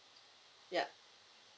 ya